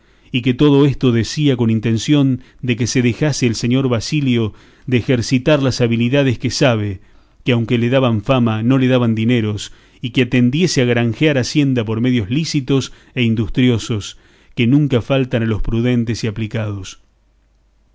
y que todo esto decía con intención de que se dejase el señor basilio de ejercitar las habilidades que sabe que aunque le daban fama no le daban dineros y que atendiese a granjear hacienda por medios lícitos e industriosos que nunca faltan a los prudentes y aplicados